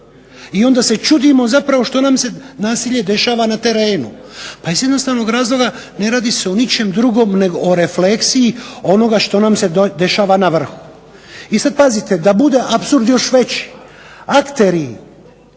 i onda se čudimo zapravo što nam se nasilje dešava na terenu. Pa iz jednostavnog razloga, ne radi se o ničem drugom nego o refleksiji onoga što nam se dešava na vrhu. I sad pazite, da bude apsurd još veći akteri